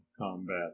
combat